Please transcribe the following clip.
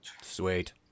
Sweet